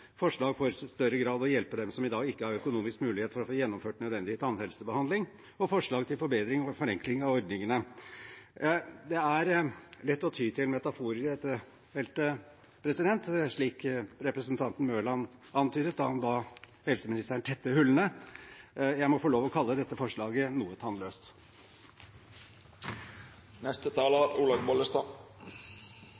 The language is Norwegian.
forslag for i større grad å hjelpe dem som i dag ikke har økonomisk mulighet til å få gjennomført nødvendig tannhelsebehandling, og forslag til forbedring og forenkling av ordningene. Det er lett å ty til metaforer på dette feltet, slik representanten Mørland antydet da han ba helseministeren tette hullene. Jeg må få lov til å kalle dette forslaget noe tannløst.